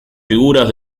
figuras